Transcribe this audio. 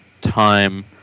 time